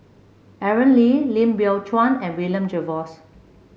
Aaron Lee Lim Biow Chuan and William Jervois